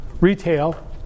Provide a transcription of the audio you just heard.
Retail